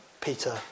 Peter